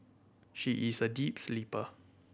she is a deep sleeper